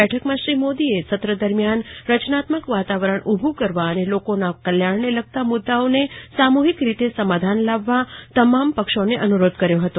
બેઠકમાં શ્રી મોદીએ સત્ર દરમ્યાન રચનાત્મક વાતાવરણ ઉભું કરવા અને લોકોના કલ્યાણને લગતા મુદ્દાઓને લગતા મુદ્દાઓને સામૂહિક રીતે સમાધાન લાવવા તમામ પક્ષોને અનુરોધ કર્યો હતો